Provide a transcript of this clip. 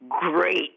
great